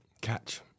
Catch